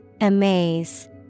Amaze